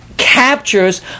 captures